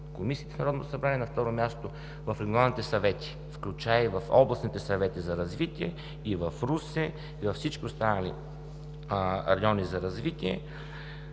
Комисията към Народното събрание, на второ място, в регионалните съвети, включая и в областните съвети за развитие – в Русе, и във всички останали райони за развитие.